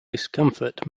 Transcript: discomfort